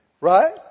Right